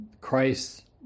Christ